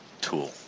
tool